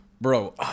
bro